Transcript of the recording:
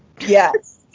Yes